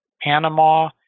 Panama